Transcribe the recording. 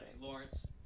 lawrence